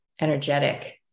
energetic